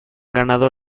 ganado